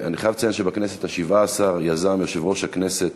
אני חייב לציין שבכנסת השבע-עשרה יזם יושב-ראש הכנסת,